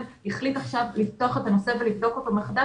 החליט עכשיו לפתוח את הנושא ולבדוק אותו מחדש,